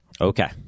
Okay